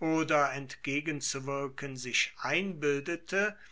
oder entgegenzuwirken sich einbildete